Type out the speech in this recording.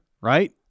right